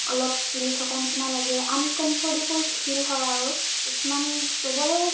মানে অলপ হিলি থকাৰ নিচিনা লাগে আনকম্ফৰ্টেবুল ফিল হয় আৰু কিছুমান চবৰে